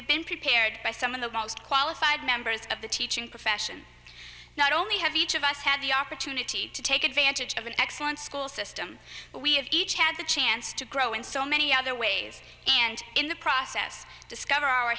have been prepared by some of the most qualified members of the teaching profession not only have each of us had the opportunity to take advantage of an excellent school system but we have each had the chance to grow in so many other ways and in the process discover